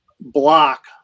block